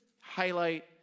highlight